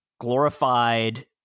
glorified